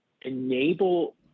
enable